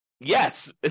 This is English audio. yes